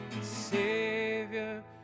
Savior